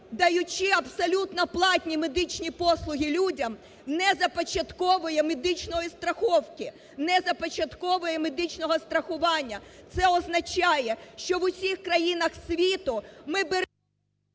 даючи абсолютно платні медичні послуги людям, не започатковує медичної страховки, не започатковує медичного страхування. Це означає, що у всіх країнах світу ми беремо…